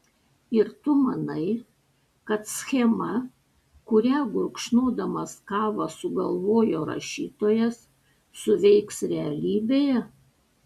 ir tu manai kad schema kurią gurkšnodamas kavą sugalvojo rašytojas suveiks realybėje